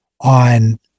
on